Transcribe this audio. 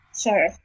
Sure